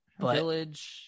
village